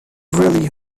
really